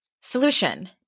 solution